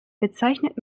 bezeichnet